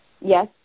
Yes